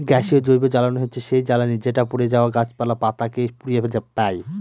গ্যাসীয় জৈবজ্বালানী হচ্ছে সেই জ্বালানি যেটা পড়ে যাওয়া গাছপালা, পাতা কে পুড়িয়ে পাই